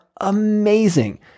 amazing